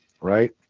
right